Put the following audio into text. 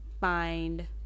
find